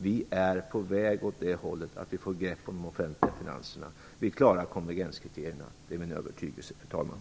Vi är på väg åt det hållet att vi får grepp om de offentliga finanserna. Vi klarar konvergenskriterierna. Det är min övertygelse, fru talman.